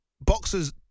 boxers